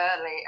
early